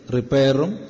Repairum